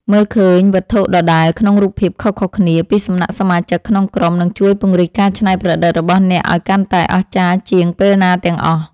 មើលឃើញវត្ថុដដែលក្នុងរូបភាពខុសៗគ្នាពីសំណាក់សមាជិកក្នុងក្រុមនឹងជួយពង្រីកការច្នៃប្រឌិតរបស់អ្នកឱ្យកាន់តែអស្ចារ្យជាងពេលណាទាំងអស់។